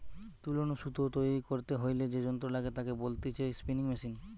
তুলো নু সুতো তৈরী করতে হইলে যে যন্ত্র লাগে তাকে বলতিছে স্পিনিং মেশিন